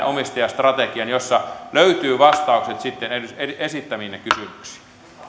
omistajastrategian josta sitten löytyvät vastaukset esittämiinne kysymyksiin